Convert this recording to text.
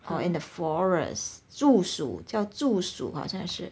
or the forests 竹鼠叫竹鼠好像是